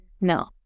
No